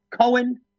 Cohen